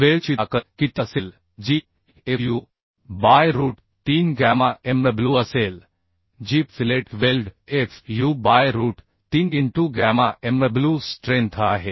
वेल्डची ताकद किती असेल जी Fu by root 3 gamma MW असेल जी fillet weld FU by root 3 into gamma MW strength आहे